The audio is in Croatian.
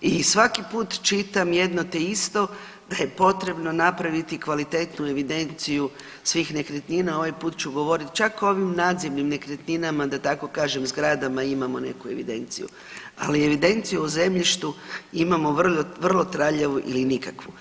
i svaki put čitam jedno te isto da je potrebno napraviti kvalitetu evidenciju svih nekretnina, ovaj put ću govorit čak o ovim nadzemnim nekretninama da tako kažem zgradama imamo neku evidenciju, ali evidenciju o zemljištu imamo vrlo traljavu ili nikakvu.